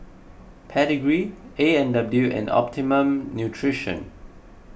Pedigree A and W and Optimum Nutrition